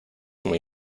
muy